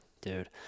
Dude